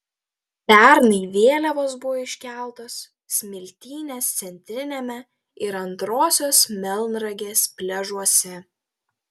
pernai vėliavos buvo iškeltos smiltynės centriniame ir antrosios melnragės pliažuose